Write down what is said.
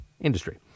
industry